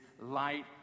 light